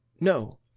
No